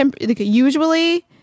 usually